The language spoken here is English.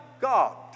God